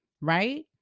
right